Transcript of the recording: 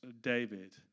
David